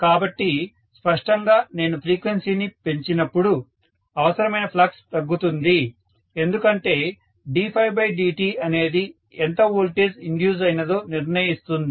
కాబట్టి స్పష్టంగా నేను ఫ్రీక్వెన్సీని పెంచినప్పుడు అవసరమైన ఫ్లక్స్ తగ్గుతుంది ఎందుకంటే ddtఅనేది ఎంత వోల్టేజ్ ఇండ్యూస్ అయినదో నిర్ణయిస్తుంది